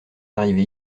arrivés